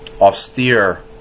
austere